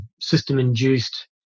system-induced